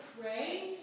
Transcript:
pray